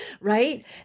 right